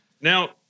Now